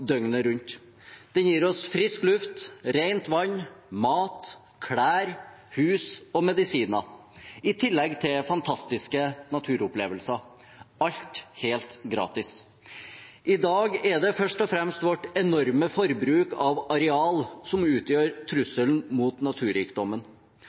døgnet rundt. Den gir oss frisk luft, rent vann, mat, klær, hus og medisiner, i tillegg til fantastiske naturopplevelser – alt helt gratis. I dag er det først og fremst vårt enorme forbruk av areal som utgjør